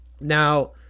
Now